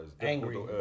angry